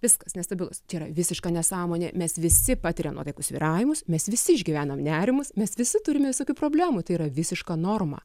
viskas nestabilus čia yra visiška nesąmonė mes visi patiriam nuotaikų svyravimus mes visi išgyvenam nerimus mes visi turime visokių problemų tai yra visiška norma